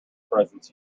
presents